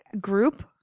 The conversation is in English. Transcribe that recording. group